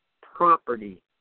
property